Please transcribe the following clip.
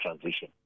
transition